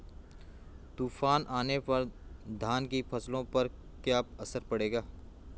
तूफान आने पर धान की फसलों पर क्या असर पड़ेगा?